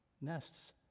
nests